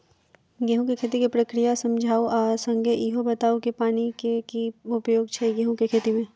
गेंहूँ केँ खेती केँ प्रक्रिया समझाउ आ संगे ईहो बताउ की पानि केँ की उपयोग छै गेंहूँ केँ खेती में?